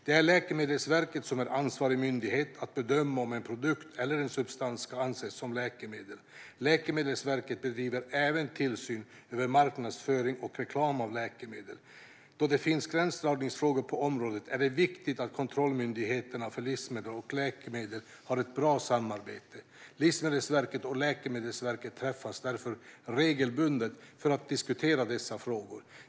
Det är Läkemedelsverket som är ansvarig myndighet när det gäller att bedöma om en produkt eller substans ska anses som läkemedel. Läkemedelsverket bedriver även tillsynen över marknadsföring av och reklam för läkemedel. Då det finns gränsdragningsfrågor på området är det viktigt att kontrollmyndigheterna för livsmedel och läkemedel har ett bra samarbete. Livsmedelsverket och Läkemedelsverket träffas därför regelbundet för att diskutera dessa frågor.